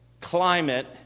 climate